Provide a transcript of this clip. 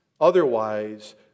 Otherwise